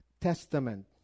Testament